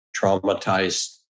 traumatized